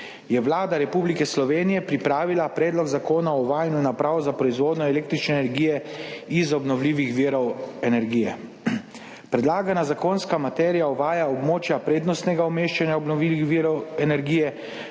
je Vlada Republike Slovenije pripravila Predlog zakona o uvajanju naprav za proizvodnjo električne energije iz obnovljivih virov energije. Predlagana zakonska materija uvaja območja prednostnega umeščanja obnovljivih virov energije,